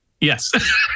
Yes